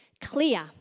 clear